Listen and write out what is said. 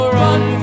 run